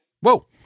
Whoa